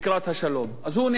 אז הוא נהנה, בוודאי.